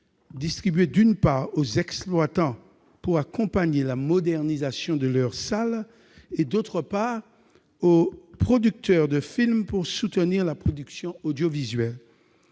redistribuée, d'une part, aux exploitants pour accompagner la modernisation de leurs salles et, d'autre part, aux producteurs de films pour soutenir la production audiovisuelle.